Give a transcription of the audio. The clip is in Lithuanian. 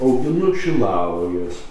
auginu šilauoges